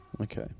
Okay